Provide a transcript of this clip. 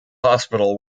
hospital